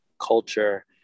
culture